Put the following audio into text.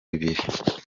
bibiri